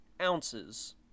ounces